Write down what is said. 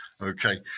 Okay